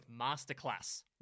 Masterclass